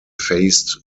faced